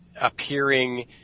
appearing